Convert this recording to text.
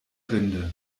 rinde